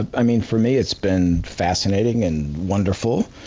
i mean, for me it's been fascinating and wonderful.